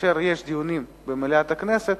כאשר יש דיונים במליאת הכנסת,